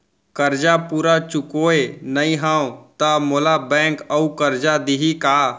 करजा पूरा चुकोय नई हव त मोला बैंक अऊ करजा दिही का?